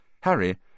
Harry